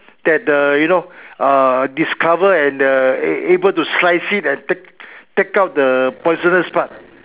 that the you know uh discover and uh a~ able to slice it and take take out the poisonous part